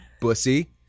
Bussy